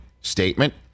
statement